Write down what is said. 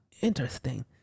interesting